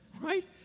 Right